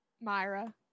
Myra